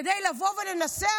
כדי לבוא ולנסח?